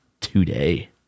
today